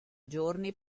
giorni